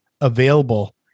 available